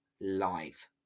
live